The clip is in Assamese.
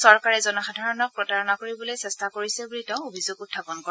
চৰকাৰে জনসাধাৰণক প্ৰতাৰণা কৰিবলৈ চেষ্টা কৰিছে বুলি তেওঁ অভিযোগ উখাপন কৰে